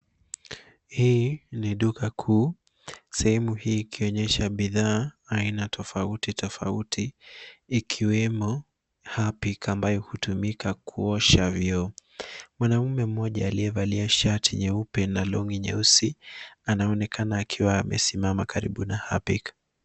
Hii ni duka kuu. Sehemu hii ikionyesha bidhaa aina tofautitofauti ikiwemo herpic ambayo hutumika kuosha vyoo. Mwanamume mmoja aliyevalia shati nyeupe na longi nyeusi anaonekana akiwa amesimama karibu na herpic .